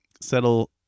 settle